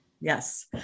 Yes